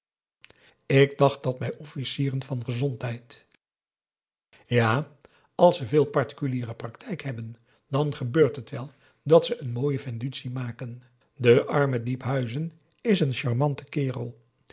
ik dacht dat bij officieren van gezondheid ja als ze veel particuliere praktijk hebben dan gebeurt het wel dat ze n mooie vendutie maken de arme diephuizen is een charmante kerel